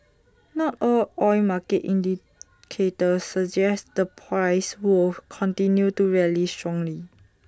not all oil market indicators suggest the price will continue to rally strongly